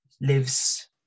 lives